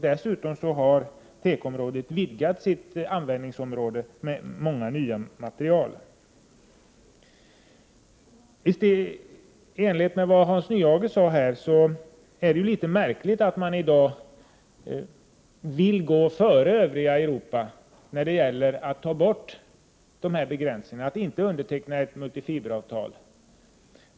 Dessutom har tekoindustrin vidgat sitt tillverkningsområde med många nya material. Som Hans Nyhage sade är det litet märkligt att Sverige i dag vill gå före andra länder i Europa när det gäller de här begränsningarna och inte underteckna ett multifiberavtal.